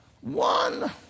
One